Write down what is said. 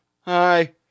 Hi